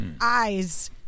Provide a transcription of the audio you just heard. eyes